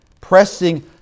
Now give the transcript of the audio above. Pressing